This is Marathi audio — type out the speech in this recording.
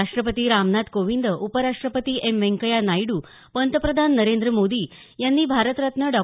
राष्ट्रपती रामनाथ कोविंद उपराष्ट्रपति एम व्यंकय्या नायडू पंतप्रधान नरेंद्र मोदी यांनी भारत रत्न डॉ